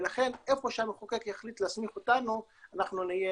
לכן איפה שהמחוקק יחליט להסמיך אותנו אנחנו נהיה